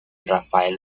rafael